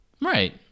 Right